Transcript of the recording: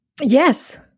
Yes